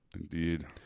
Indeed